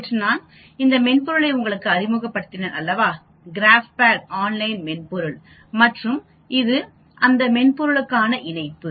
நேற்று நான் இந்த மென்பொருளை உங்களுக்கு அறிமுகப்படுத்தினேன் அல்லவா கிராஃ பேட் ஆன்லைன் மென்பொருள் மற்றும் இது அந்த மென்பொருளுக்கான இணைப்பு